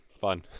Fun